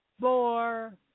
four